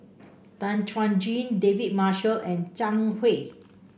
Tan Chuan Jin David Marshall and Zhang Hui